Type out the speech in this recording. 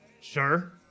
Sure